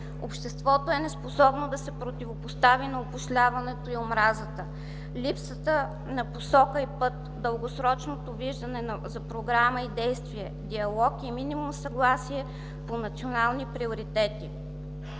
Обществото е неспособно да се противопостави на опошляването и омразата. Липсата на посока и път, дългосрочното виждане на програма и действие, диалог и минимум съгласие по национални приоритети